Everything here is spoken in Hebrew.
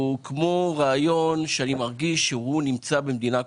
הוא כמו רעיון שאני מרגיש שהוא נמצא במדינה קומוניסטית.